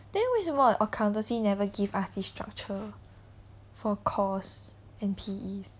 then 为什么 accountancy never give us this structure for cores and P_Es